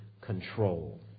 control